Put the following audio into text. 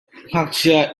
ngakchia